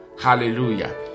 Hallelujah